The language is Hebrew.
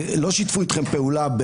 שיתפו אתכם פעולה.